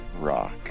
rock